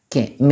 che